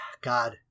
God